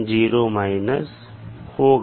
इसलिए होगा